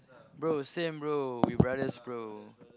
bro same bro we brothers bro